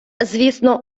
звісно